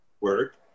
work